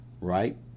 Right